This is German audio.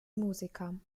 musiker